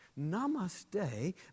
Namaste